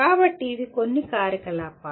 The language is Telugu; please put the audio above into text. కాబట్టి ఇవి కొన్ని కార్యకలాపాలు